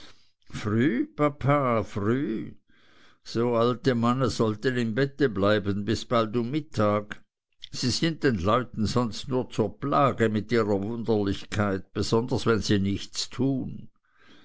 so alte manne sollten im bette bleiben bis bald um mittag sie sind den leuten sonst nur zur plage mit ihrer wunderlichkeit besonders wenn sie nichts tun